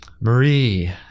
marie